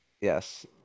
Yes